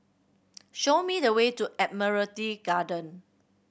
show me the way to Admiralty Garden